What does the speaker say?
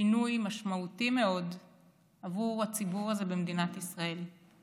שינוי משמעותי מאוד עבור הציבור הזה במדינת ישראל.